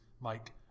Mike